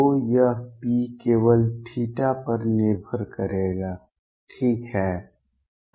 तो यह p केवल थीटा पर निर्भर करेगा ठीक है